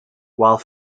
while